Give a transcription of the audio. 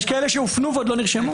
יש כאלה שהופנו ולא התחילו.